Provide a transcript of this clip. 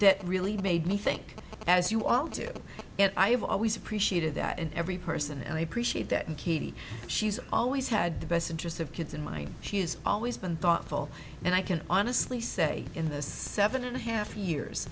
that really made me think as you all do it i've always appreciated that in every person and i appreciate that and she's always had the best interests of kids in my she has always been thoughtful and i can honestly say in those seven and a half years